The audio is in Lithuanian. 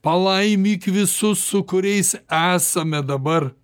palaimik visus su kuriais esame dabar